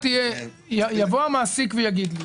יבוא המעסיק ויגיד לי